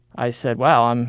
i said, wow, um